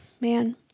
man